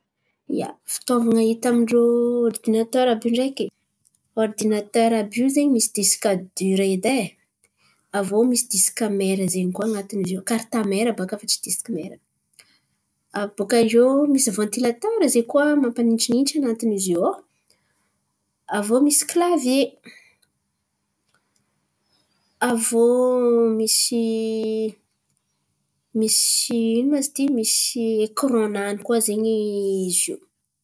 Ia, fitaovan̈a hita amin-drô oridinatera àby io ndreky, oridinatera àby io zen̈y misy disika dira edy e, aviô misy disika mera zen̈y koa an̈atiny zio, karta mera baka fa tsy disika mera. Abôkaiô misy vantilatera zay koa mampanintsinintsy an̈atiny zio ao, aviô misy kilavie. Aviô misy misy ino ma izy ty? Misy ekirònany koa zen̈y izy io.